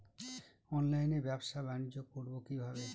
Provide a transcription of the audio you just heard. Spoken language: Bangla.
অনলাইনে ব্যবসা বানিজ্য করব কিভাবে?